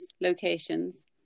locations